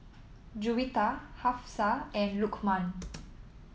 Juwita Hafsa and Lukman